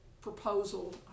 proposal